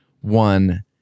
one